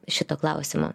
šito klausimo